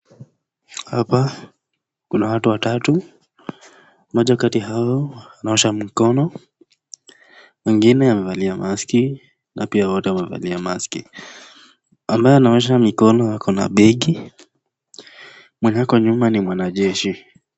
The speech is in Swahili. Hapa kuna watu watatu, moja kati hao anaosha mkono, mwingine amevalia maski na pia wote wamevalia maski , ambaye anaosha mikono ako na begi , mwenye ako nyuma ni mwanajeshi.